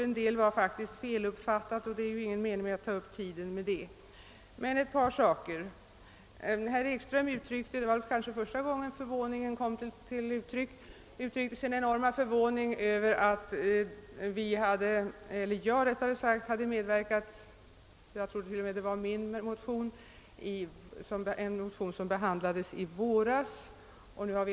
En del av det var feluppfattat, och det är väl ingen mening att ta upp tiden med sådant. Ett par saker vill jag emellertid bemöta. Första gången herr Ekströms förvåning kom till uttryck gällde det min motion om tvättmedel som behandlades i våras.